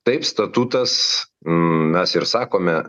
taip statutas mes ir sakome